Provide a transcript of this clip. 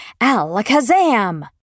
Alakazam